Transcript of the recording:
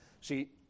See